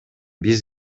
биз